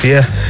Yes